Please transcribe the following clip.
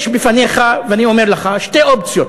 יש בפניך, ואני אומר לך, שתי אופציות,